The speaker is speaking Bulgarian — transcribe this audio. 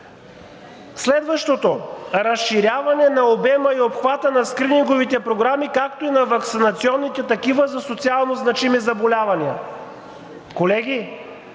Следващото – разширяване на обема и обхвата на скрининговите програми, както и на ваксинационните такива за социално значими заболявания. Колеги,